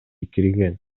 кирген